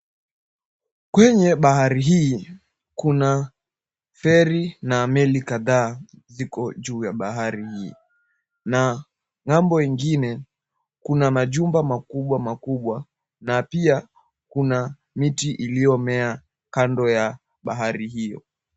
Kwenye bahari hii kuna feri na meli kadhaa ziko juu ya bahari hii na ng'ambo ingine kuna majumba makubwa makubwa na pia kuna miti iliomea kando ya bahari hio.